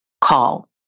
call